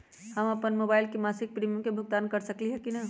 हम अपन मोबाइल से मासिक प्रीमियम के भुगतान कर सकली ह की न?